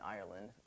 Ireland